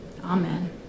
Amen